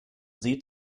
sieht